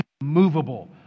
movable